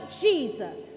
Jesus